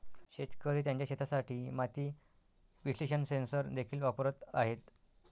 शेतकरी त्यांच्या शेतासाठी माती विश्लेषण सेन्सर देखील वापरत आहेत